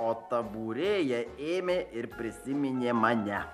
o ta būrėja ėmė ir prisiminė mane